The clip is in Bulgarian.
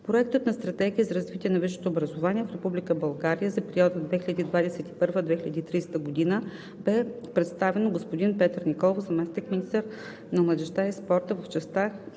Проектът на Стратегия за развитие на висшето образование в Република България за периода 2021 – 2030 г. бе представен от господин Петър Николов – заместник-министър на младежта и спорта в частта,